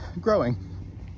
growing